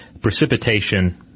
precipitation